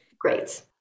Great